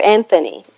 Anthony